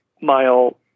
mile